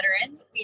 veterans